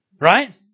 right